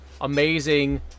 amazing